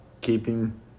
keeping